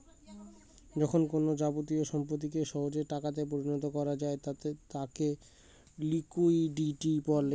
যখন কোনো যাবতীয় সম্পত্তিকে সহজে টাকাতে পরিণত করা যায় তাকে লিকুইডিটি বলে